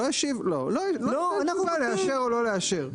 לא, הוא יכול לאשר או לא לאשר.